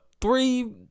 Three